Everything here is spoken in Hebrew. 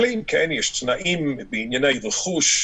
אלא אם כן יש תנאים בענייני רכוש,